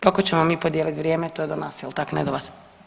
Kako ćemo mi podijeliti vrijeme to je do nas, jel' tak ne do vas.